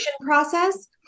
process